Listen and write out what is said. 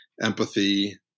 empathy